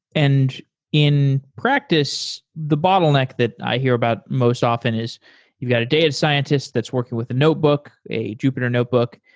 and in practice, the bottleneck that i hear about most often is we've got a data scientist that's working with a notebook, a jupyter notebook.